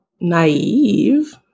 naive